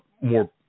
more